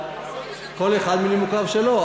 כל אחד מנימוקיו שלו.